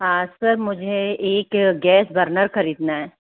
हाँ सर मुझे एक गैस बर्नर खरीदना है